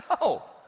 No